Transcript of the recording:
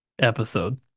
episode